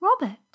Robert